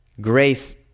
grace